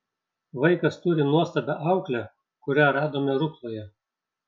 vaikas turi nuostabią auklę kurią radome rukloje